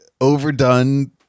overdone